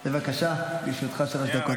בבקשה, לרשותך שלוש דקות.